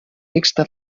mixta